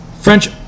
French